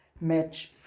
match